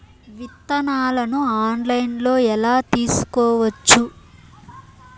విత్తనాలను ఆన్లైన్లో ఎలా తీసుకోవచ్చు